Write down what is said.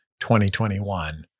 2021